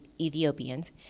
Ethiopians